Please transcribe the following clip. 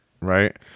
Right